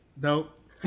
Nope